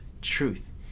truth